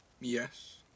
Yes